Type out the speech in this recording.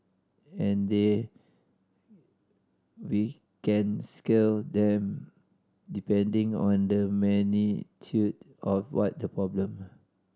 and then we can scale that depending on the magnitude of what the problem